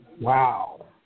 Wow